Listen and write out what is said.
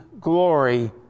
glory